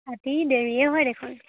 ৰাতি দেৰিয়ে হয় দেখোন